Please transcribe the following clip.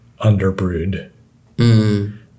underbrewed